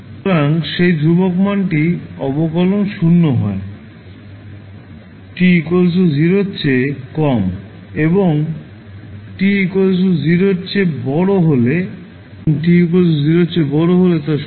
সুতরাং সেই ধ্রুবক মানটির অবকলন 0 হয় t 0 এর চেয়ে কম এবং t 0 এর চেয়ে বড় হলে তা 0